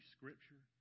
Scripture